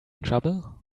trouble